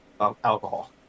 alcohol